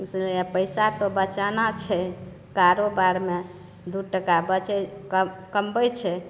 पैसा तऽ बचाना छै कारोबारमे दू टका बचै कमबैत छै